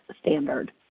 standard